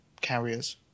carriers